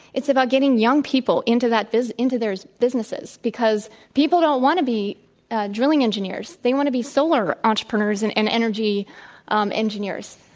it's about getting young people into that business, into their businesses. because people don't want to be drilling engineers. they want to be solar entrepreneurs and and energy um engineers.